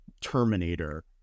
terminator